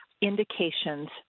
indications